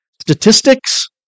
statistics